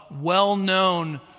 well-known